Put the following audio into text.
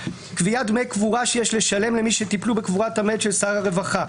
קביעת דמי קבורה שיש לשלם למי שטיפלו בקבורת המת של שר הרווחה,